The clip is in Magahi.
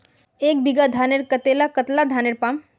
एक बीघा धानेर करले कतला धानेर पाम?